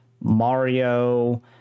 Mario